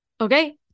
Okay